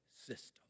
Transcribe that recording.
system